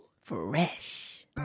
Fresh